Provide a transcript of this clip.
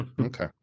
okay